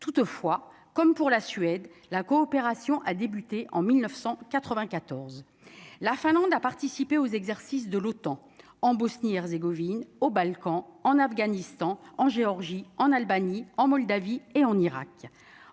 toutefois, comme pour la Suède, la coopération a débuté en 1994 la Finlande a participé aux exercices de l'OTAN en Bosnie Herzégovine aux Balkans en Afghanistan, en Géorgie, en Albanie, en Moldavie et en Irak